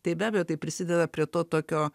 tai be abejo tai prisideda prie to tokio